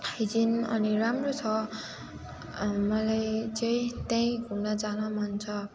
hygiene अनि राम्रो छ मलाई चाहिँ त्यहीँ घुम्न जान मन छ